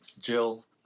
Jill